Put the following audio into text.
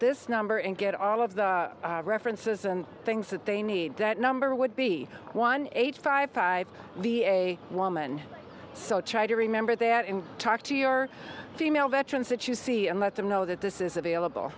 this number and get all of the references and things that they need that number would be one eight five five be a woman so try to remember that and talk to your female veterans that you see and let them know that this is available